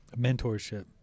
mentorship